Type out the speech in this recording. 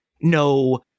no